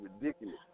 ridiculous